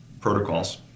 protocols